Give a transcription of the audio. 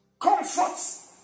comforts